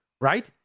right